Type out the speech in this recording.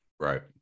right